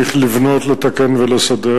צריך לבנות, לתקן ולסדר.